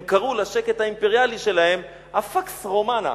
הם קראו לשקט האימפריאלי שלהם pax romana,